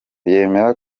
yemera